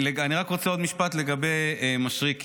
אני רק רוצה עוד משפט לגבי מישרקי,